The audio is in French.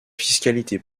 fiscalité